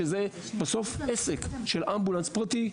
שזה בסוף עסק של אמבולנס פרטי.